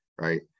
right